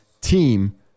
team